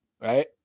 right